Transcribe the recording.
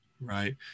Right